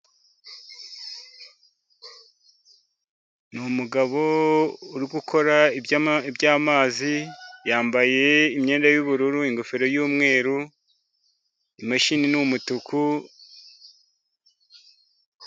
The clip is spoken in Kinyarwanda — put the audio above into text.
Ni umugabo uri gukora iby'amazi, yambaye imyenda y'ubururu, ingofero y'umweru, imashini ni umutuku.